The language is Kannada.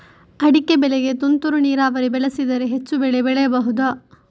ಅಡಿಕೆ ಬೆಳೆಗೆ ತುಂತುರು ನೀರಾವರಿ ಬಳಸಿದರೆ ಹೆಚ್ಚು ಬೆಳೆ ಬೆಳೆಯಬಹುದಾ?